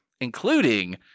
including